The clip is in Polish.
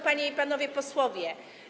Panie i Panowie Posłowie!